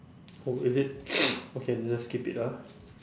oh is it okay then let's skip it ah